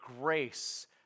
grace